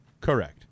Correct